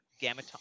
gamma